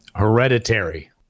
Hereditary